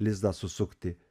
lizdą susukti